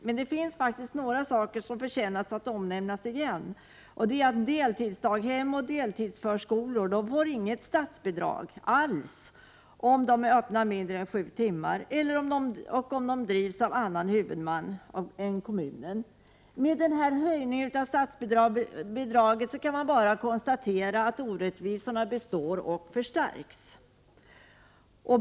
Men det finns faktiskt några saker som förtjänar att omnämnas igen. Deltidsdaghem och deltidsförskolor får inget statsbidrag alls, om de har öppet mindre än sju timmar om dagen och om de drivs av annan huvudman än kommunen. Man kan bara konstatera att orättvisorna består och förstärks med den höjning av statsbidraget som nu föreslås.